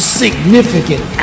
significant